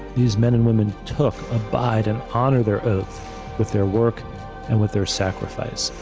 these men and women took, abide, and honor their oath with their work and with their sacrifice.